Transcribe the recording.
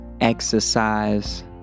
exercise